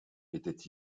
était